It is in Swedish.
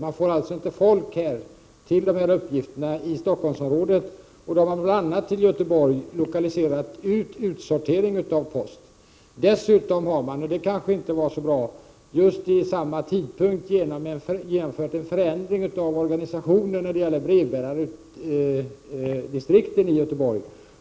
Man får alltså inte folk till dessa arbetsuppgifter i Stockholmsområdet, och därför har man lokaliserat utsortering av post till bl.a. Göteborg. Dessutom har man — och det kanske inte var så bra — just vid samma tidpunkt genomfört en förändring av organisationen när det gäller brevbärardistrikten i Göteborg.